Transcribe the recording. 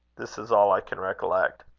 this is all i can recollect.